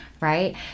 right